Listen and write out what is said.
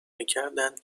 میکردند